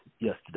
yesterday